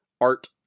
Art